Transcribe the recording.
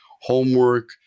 homework